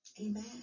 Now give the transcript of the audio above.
amen